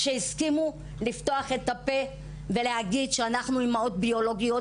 שהסכימו לפתוח את הפה ולהגיד שאנחנו אימהות ביולוגיות,